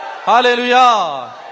Hallelujah